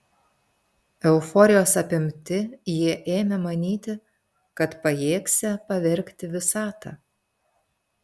euforijos apimti jie ėmė manyti kad pajėgsią pavergti visatą